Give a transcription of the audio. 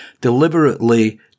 deliberately